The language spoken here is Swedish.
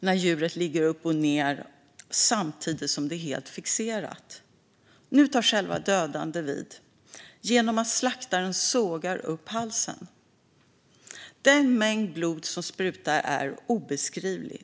för djuret när det ligger upp och ned samtidigt som det är helt fixerat. Sedan tar själva dödandet vid genom att slaktaren sågar upp halsen. Den mängd blod som sprutar är obeskrivlig.